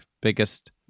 biggest